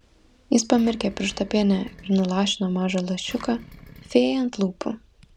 jis pamirkė pirštą piene ir nulašino mažą lašiuką fėjai ant lūpų